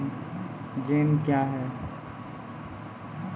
Jam क्या हैं?